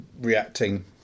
reacting